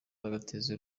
bagateza